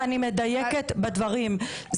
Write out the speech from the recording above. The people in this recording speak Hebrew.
ואני מדייקת בדברים.